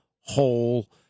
whole